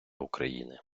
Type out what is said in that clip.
україни